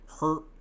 hurt